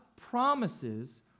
promises